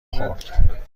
خورد